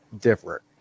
different